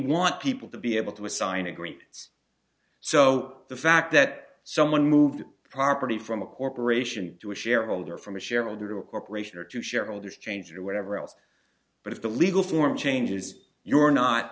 want people to be able to assign agreements so the fact that someone moved the property from a corporation to a shareholder from a shareholder to a corporation or to shareholders change or whatever else but if the legal form changes you are not